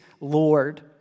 Lord